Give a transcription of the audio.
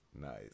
nice